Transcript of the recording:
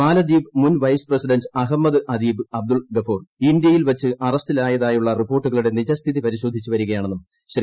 മാലദീപ്മുൻ vice president Ahmed Adeeb Abdul Gafoor ഇന്ത്യയിൽ വച്ച് അറസ്റ്റിലായതായുള്ള റിപ്പോർട്ടുകളുടെ നിജസ്ഥിതി പരിശോധിച്ചു വരികയാണെന്നും ശ്രീ